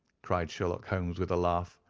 cried sherlock holmes with a laugh.